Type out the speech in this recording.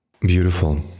Beautiful